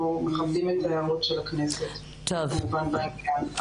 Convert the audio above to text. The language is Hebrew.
מכבדים את ההערות של הכנסת כמובן בעניין,